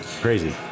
crazy